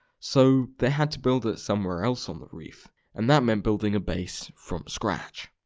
so they had to build it somewhere else on the reef and that meant building a base from scratch.